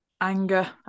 anger